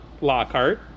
Lockhart